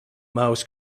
mouse